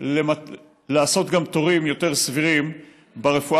לעשות גם תורים יותר סבירים ברפואה